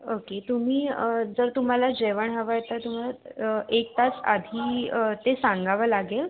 okay तुम्ही जर तुम्हाला जेवण हवं आहे तर तुम्हाला एक तास आधी ते सांगावं लागेल